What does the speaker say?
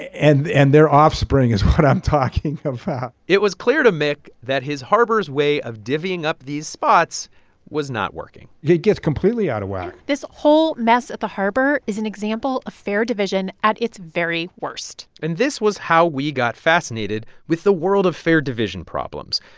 and and their offspring is what i'm talking about it was clear to mick that his harbor's way of divvying up these spots was not working it gets completely out of whack this whole mess at the harbor is an example a fair division at its very worst and this was how we got fascinated with the world of fair division problems.